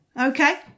Okay